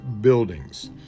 buildings